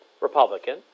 Republican